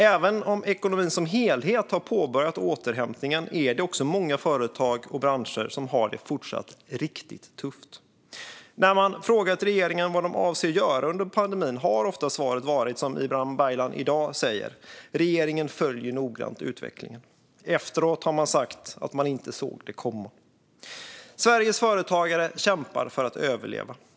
Även om ekonomin som helhet har påbörjat återhämtningen är det många företag och branscher som fortsätter att ha det riktigt tufft. När man har frågat regeringen vad den avser att göra under pandemin har svaret ofta varit som det Ibrahim Baylan i dag säger: Regeringen följer noggrant utvecklingen. Efteråt har de sagt att de inte såg det komma. Sveriges företagare kämpar för att överleva.